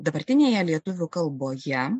dabartinėje lietuvių kalboje